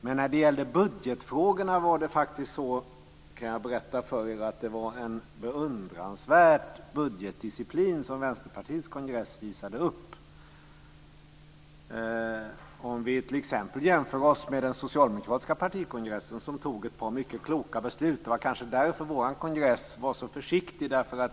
Men när det gällde budgetfrågorna var det faktiskt, kan jag berätta för er, en beundransvärd disciplin som Vänsterpartiets kongress visade upp. Vi kan t.ex. jämföra med den socialdemokratiska partikongressen, som fattade ett par mycket kloka beslut. Det var kanske därför vår kongress var så försiktig.